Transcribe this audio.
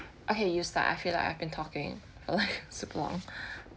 okay you start I feel like I've been talking super long